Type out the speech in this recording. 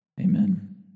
Amen